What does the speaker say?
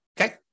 Okay